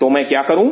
तो मैं क्या करूं